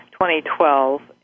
2012